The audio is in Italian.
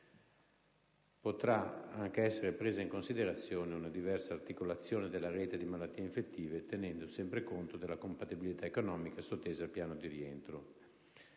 potrà anche essere presa in considerazione una diversa articolazione della rete di malattie infettive, tenendo sempre conto delle compatibilità economiche sottese al piano di rientro.